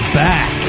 back